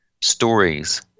stories